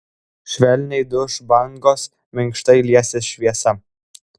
švelniai duš bangos minkštai liesis šviesa